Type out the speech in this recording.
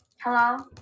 Hello